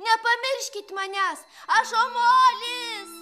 nepamirškit manęs aš omolis